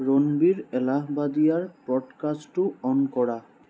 ৰণবীৰ এলাহবাদীয়াৰ পডকাষ্টটো অন কৰা